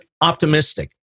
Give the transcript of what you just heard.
optimistic